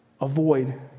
avoid